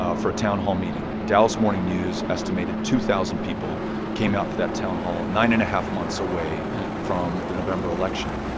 ah for a town hall meeting. dallas morning news estimated two thousand people came out for that town hall nine and a half months away from the november election.